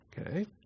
Okay